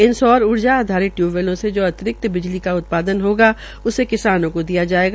इन सौर ऊर्जा आधारित टयूबवेलों से जो अतिरिक्त बिजली का उत्पादन होगा उससे किसानों को दिया जाएगा